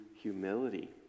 humility